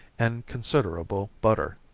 and considerable butter.